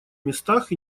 местах